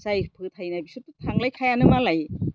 जाय फोथायनाय बिसोरथ' थांलायखायानो मालाय